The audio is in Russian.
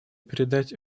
передать